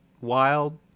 wild